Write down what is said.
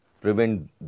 Prevent